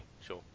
Sure